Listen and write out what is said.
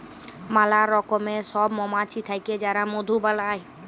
ম্যালা রকমের সব মমাছি থাক্যে যারা মধু বালাই